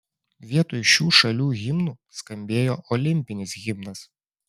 vietoj šių šalių himnų skambėjo olimpinis himnas